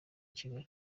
kigali